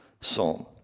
psalm